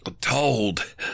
Told